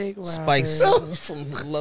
Spice